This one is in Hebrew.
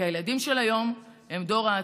כי הילדים של היום הם דור העתיד.